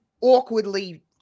awkwardly